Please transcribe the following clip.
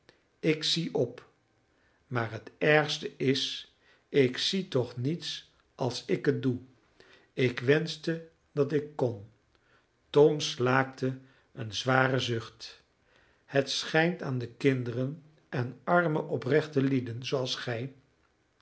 ik zie op maar het ergste is ik zie toch niets als ik het doe ik wenschte dat ik kon tom slaakte een zwaren zucht het schijnt aan de kinderen en arme oprechte lieden zooals gij